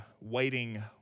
Waiting